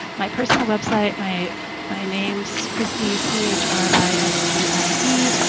my personal website, my my name's christie, c h r i s t i e,